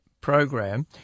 program